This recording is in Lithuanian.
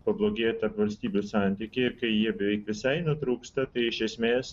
pablogėja tarp valstybių santykiai ir kai jie beveik visai netrūksta tai iš esmės